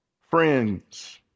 friends